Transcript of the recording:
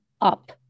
up